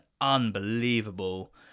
unbelievable